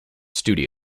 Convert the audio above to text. studio